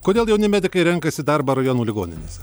kodėl jauni medikai renkasi darbą rajonų ligoninėse